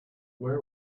where